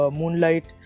moonlight